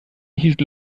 hielt